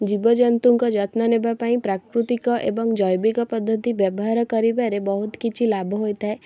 ଜୀବଜନ୍ତୁଙ୍କ ଯତ୍ନ ନେବା ପାଇଁ ପ୍ରାକୃତିକ ଏବଂ ଜୈବିକ ପଦ୍ଧତି ବ୍ୟବହାର କରିବାରେ ବହୁତ କିଛି ଲାଭ ହୋଇଥାଏ